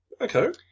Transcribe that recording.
Okay